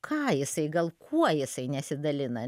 ką jisai gal kuo jisai nesidalina